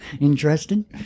Interesting